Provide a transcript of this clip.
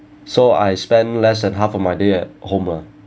so I spend less than half of my day at home lah